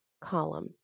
Column